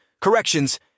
corrections